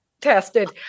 tested